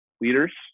leaders